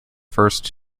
first